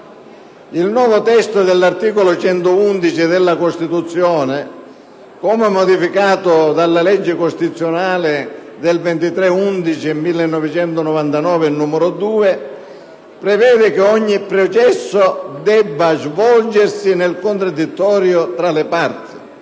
Il nuovo testo dell'articolo 111 della Costituzione - come modificato dalla legge costituzionale 23 novembre 1999, n. 2 - prevede che ogni processo debba svolgersi nel contraddittorio tra le parti.